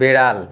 বেড়াল